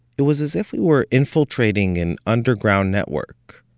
it was as if we were infiltrating an underground network.